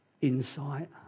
insight